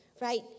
Right